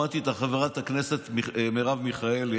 שמעתי את חברת הכנסת מרב מיכאלי.